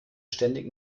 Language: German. ständig